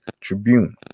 Tribune